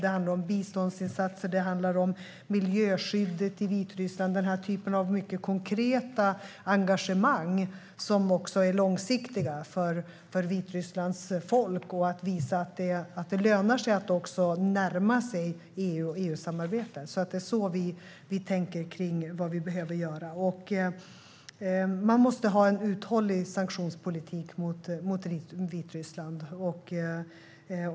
Det handlar om biståndsinsatser. Det handlar om miljöskyddet i Vitryssland. Det handlar om den typen av mycket konkret engagemang som är långsiktigt för Vitrysslands folk. Det handlar också om att visa att det lönar sig att närma sig EU och EU-samarbetet. Det är så vi tänker kring vad vi behöver göra. Man måste ha en uthållig sanktionspolitik mot Vitryssland.